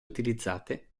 utilizzate